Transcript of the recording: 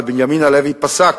ובנימין הלוי פסק